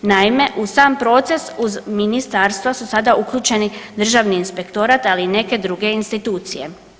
Naime, u sam proces uz Ministarstva su sada uključeni državni inspektorat, ali i neke druge institucije.